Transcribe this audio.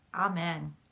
amen